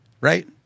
right